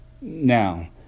Now